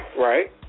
Right